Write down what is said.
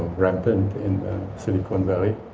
rampant in silicon valley,